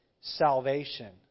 salvation